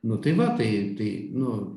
nu tai va tai tai nu